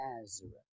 Nazareth